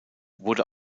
wurde